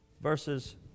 verses